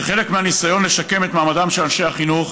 כחלק מהניסיון לשקם את מעמדם של אנשי החינוך,